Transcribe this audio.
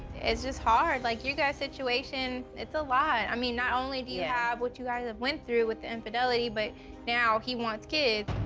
it's just hard. like, you guys' situation, it's a lot. i mean, not only do you yeah have what you guys have went through with the infidelity, but now he wants kids.